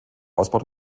ausbau